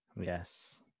Yes